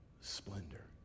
splendor